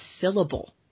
syllable